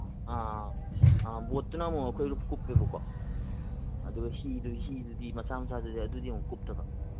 ꯑ ꯑ ꯕꯣꯠꯇꯅ ꯑꯃꯨꯛ ꯑꯩꯈꯣꯏ ꯔꯨꯞ ꯀꯨꯞꯄꯦꯕꯀꯣ ꯑꯗꯨꯒ ꯍꯤꯗꯨꯗꯤ ꯃꯆꯥ ꯃꯆꯥꯗꯨꯗꯤ ꯑꯗꯨꯗꯤ ꯑꯃꯨꯛ ꯀꯨꯞꯇꯕ